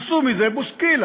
עשו מזה בוסקילה.